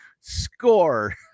score